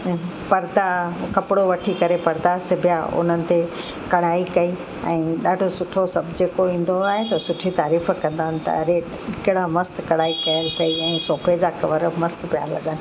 पर्दा कपिड़ो वठी करे पर्दा सिबिया उन्हनि ते कड़ाई कई ऐं ॾाढो सुठो सभु जेको ईंदो आहे त ॾाढी सुठी तारीफ़ कंदा आहिनि त अरे कहिड़ा मस्तु कड़ाई कयल अथई ऐं सोफ़े जा कवर बि मस्तु पिया लॻनि